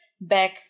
back